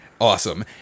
Awesome